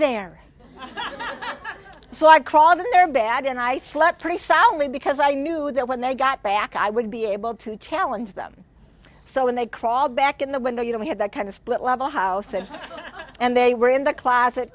there so i crawled in their bag and i slept pretty soundly because i knew that when they got back i would be able to challenge them so when they crawled back in the window you know we had that kind of split level house it and they were in the closet